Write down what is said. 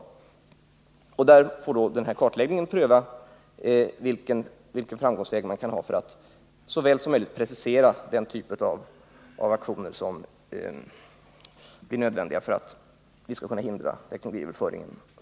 Man får därvid med hjälp av den föreslagna kartläggningen pröva vilken väg man bör gå för att så väl som möjligt precisera den typ av aktioner som krävs för att vi skall kunna hindra teknologiöverföring.